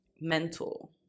mental